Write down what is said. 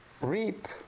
reap